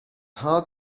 hard